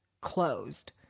closed